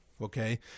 Okay